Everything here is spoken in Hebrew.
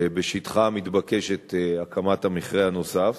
שבשטחה מתבקשת הקמת המכרה הנוסף.